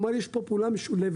כלומר יש פה פעולה משולבת,